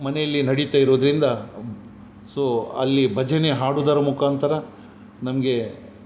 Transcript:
ಮನೆಯಲ್ಲಿ ನಡೀತ ಇರೋದರಿಂದ ಸೊ ಅಲ್ಲಿ ಭಜನೆ ಹಾಡುವುದರ ಮುಖಾಂತರ ನಮಗೆ